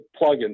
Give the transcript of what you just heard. plugins